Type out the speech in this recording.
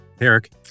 Eric